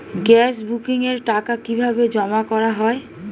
Gas বুকিংয়ের টাকা কিভাবে জমা করা হয়?